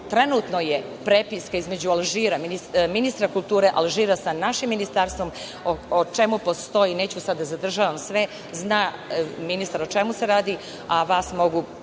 trenutno je prepiska između Alžira, ministra kulture Alžira sa našim ministarstvom o čemu postoji, neću sada da zadržavam sve, zna ministar o čemu se radi, a vas mogu